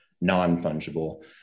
non-fungible